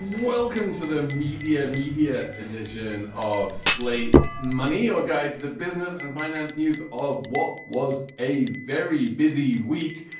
welcome to the media media edition of slate money or guide to the business and finance news of what was a very busy week.